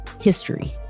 History